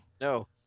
No